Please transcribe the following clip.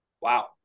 Wow